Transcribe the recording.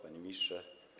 Panie Ministrze!